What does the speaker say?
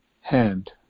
hand